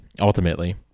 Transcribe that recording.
Ultimately